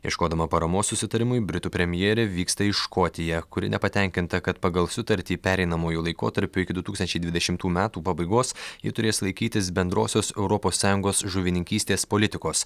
ieškodama paramos susitarimui britų premjerė vyksta į škotiją kuri nepatenkinta kad pagal sutartį pereinamuoju laikotarpiu iki du tūkstančiai dvidešimtų metų pabaigos ji turės laikytis bendrosios europos sąjungos žuvininkystės politikos